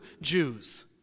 Jews